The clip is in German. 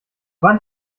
wann